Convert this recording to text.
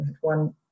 one